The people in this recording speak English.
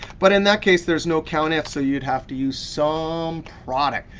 but in that case, there's no countif, so you'd have to use sumproduct.